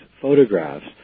photographs